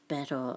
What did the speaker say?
Pero